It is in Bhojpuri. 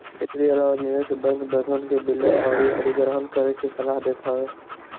एकरी अलावा निवेश बैंक, बैंकन के विलय अउरी अधिग्रहण करे के सलाह देत हवे